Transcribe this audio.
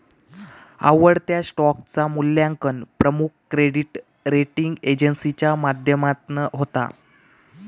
आवडत्या स्टॉकचा मुल्यांकन प्रमुख क्रेडीट रेटींग एजेंसीच्या माध्यमातना होता